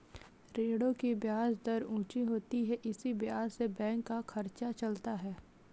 ऋणों की ब्याज दर ऊंची होती है इसी ब्याज से बैंक का खर्चा चलता है